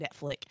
Netflix